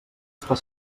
estar